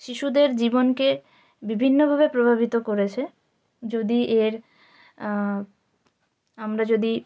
শিশুদের জীবনকে বিভিন্নভাবে প্রভাবিত করেছে যদি এর আমরা যদি